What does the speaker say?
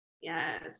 Yes